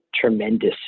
tremendous